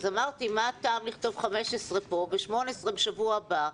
שאלתי מה הטעם לכתוב כאן 15 ו-18 בשבוע הבא.